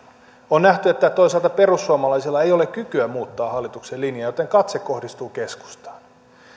on nähty että että toisaalta perussuomalaisilla ei ole kykyä muuttaa hallituksen linjaa joten katse kohdistuu keskustaan